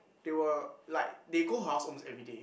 they were like they go her house almost everyday